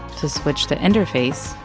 to switch the interface,